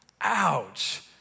Ouch